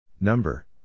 Number